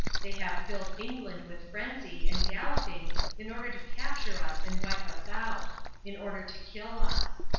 they have filled england with frenzy and galloping in order to capture us and wipe us out in order to kill us.